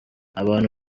abantu